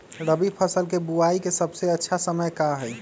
रबी फसल के बुआई के सबसे अच्छा समय का हई?